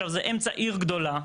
זה אמצע עיר גדולה,